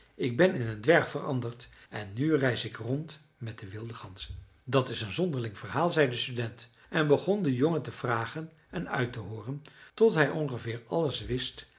ik ben in een dwerg veranderd en nu reis ik rond met de wilde ganzen dat is een zonderling verhaal zei de student en begon den jongen te vragen en uit te hooren tot hij ongeveer alles wist